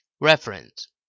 Reference